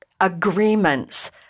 agreements